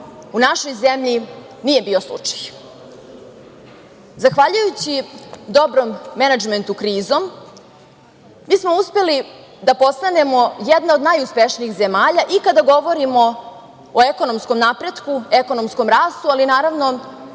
u našoj zemlji nije bio slučaj. Zahvaljujući dobrom menadžmentu krizom, mi smo uspeli da postanemo jedna od najuspešnijih zemalja i kada govorimo o ekonomskom napretku, ekonomskom rastu, ali naravno